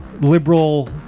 liberal